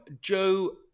Joe